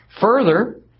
Further